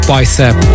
Bicep